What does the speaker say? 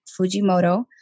Fujimoto